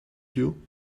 you